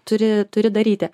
turi turi daryti